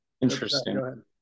interesting